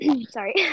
sorry